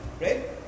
right